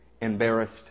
embarrassed